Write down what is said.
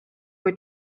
kui